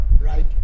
Right